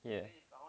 yeah